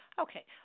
Okay